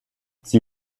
sie